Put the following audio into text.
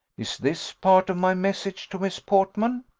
is this part of my message to miss portman?